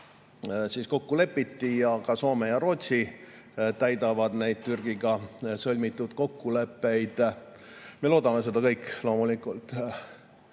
Mandris kokku lepiti, ja ka Soome ja Rootsi täidavad neid Türgiga sõlmitud kokkuleppeid. Me loodame seda kõik loomulikult. Aga